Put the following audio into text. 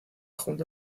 junta